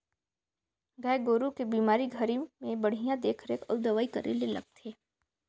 गाय गोरु के बेमारी घरी में बड़िहा देख रेख अउ दवई करे ले लगथे